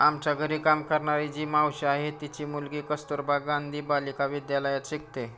आमच्या घरी काम करणारी जी मावशी आहे, तिची मुलगी कस्तुरबा गांधी बालिका विद्यालयात शिकते